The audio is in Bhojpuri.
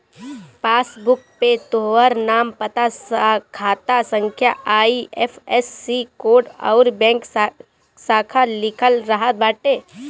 पासबुक पे तोहार नाम, पता, खाता संख्या, आई.एफ.एस.सी कोड अउरी बैंक शाखा लिखल रहत बाटे